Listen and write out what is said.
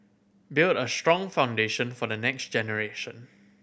build a strong foundation for the next generation